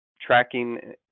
tracking